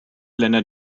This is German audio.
länder